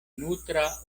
nutra